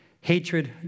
Hatred